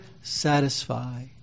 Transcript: satisfy